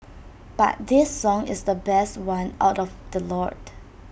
but this song is the best one out of the lot